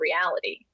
reality